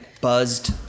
buzzed